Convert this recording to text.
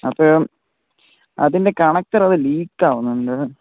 അപ്പം അതിന്റെ കണക്റ്റർ അത് ലീക്ക് ആകുന്നുണ്ട്